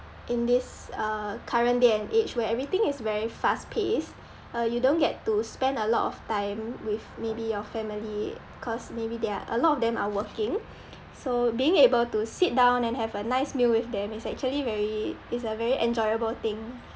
in this uh current day and age where everything is very fast-paced uh you don't get to spend a lot of time with maybe your family cause maybe they are a lot of them are working so being able to sit down and have a nice meal with them is actually very it's a very enjoyable thing